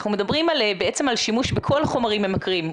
אנחנו מדברים בעצם על שימוש בכל חומרים ממכרים,